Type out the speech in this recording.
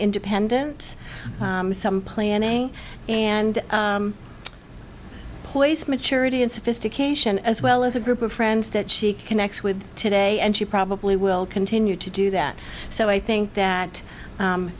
independent planning and poise maturity and sophistication as well as a group of friends that she connects with today and she probably will continue to do that so i think that